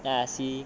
then I see